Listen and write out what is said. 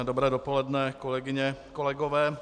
Dobré dopoledne kolegyně, kolegové.